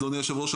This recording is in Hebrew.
אדוני יושב הראש,